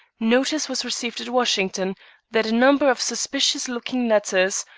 notice was received at washington that a number of suspicious-looking letters,